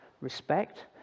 respect